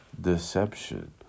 deception